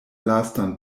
lastan